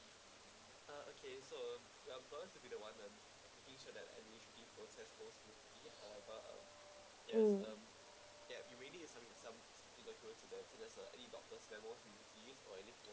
mm